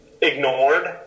ignored